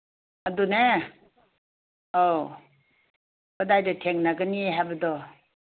ꯑꯗꯨꯅꯦ ꯑꯧ ꯀꯗꯥꯏꯗ ꯊꯦꯡꯅꯒꯅꯤ ꯍꯥꯏꯕꯗꯣ